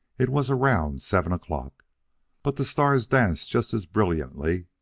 it was around seven o'clock but the stars danced just as brilliantly,